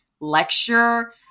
lecture